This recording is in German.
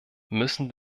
müssen